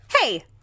Hey